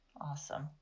Awesome